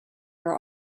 are